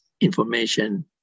information